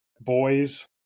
boys